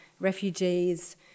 refugees